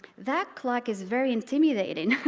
that clock is very intimidating